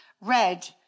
Red